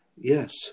yes